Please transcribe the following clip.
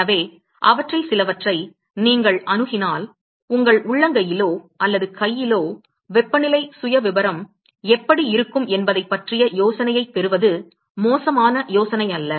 எனவே அவற்றில் சிலவற்றை நீங்கள் அணுகினால் உங்கள் உள்ளங்கையிலோ அல்லது கையிலோ வெப்பநிலை சுயவிவரம் எப்படி இருக்கும் என்பதைப் பற்றிய யோசனையைப் பெறுவது மோசமான யோசனையல்ல